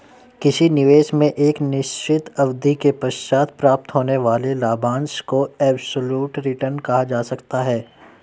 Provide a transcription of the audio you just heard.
किसी निवेश में एक निश्चित अवधि के पश्चात प्राप्त होने वाले लाभांश को एब्सलूट रिटर्न कहा जा सकता है